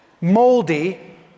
moldy